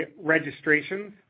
registrations